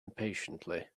impatiently